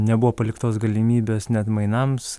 nebuvo paliktos galimybės net mainams